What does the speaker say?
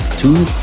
Two